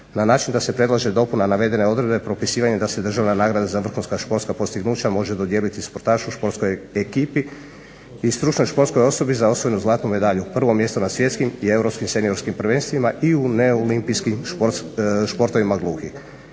na način da se predlože dopuna navedene odredbe propisivanje da se državna nagrada za vrhunska sportska postignuća može dodijeliti sportašu, sportskoj ekipi i stručnoj sportskoj osobi za osvojenu zlatnu medalju, prvo mjesto na svjetskim i europskim seniorskim prvenstvima i neolimpijskim sportovima gluhih.